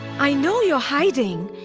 i know you're hiding.